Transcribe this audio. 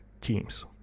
teams